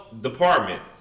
department